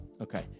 Okay